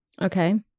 Okay